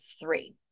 three